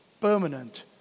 permanent